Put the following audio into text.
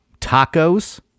Tacos